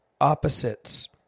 opposites